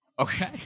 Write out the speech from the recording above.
Okay